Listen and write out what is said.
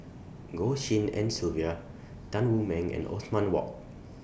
Goh Tshin En Sylvia Tan Wu Meng and Othman Wok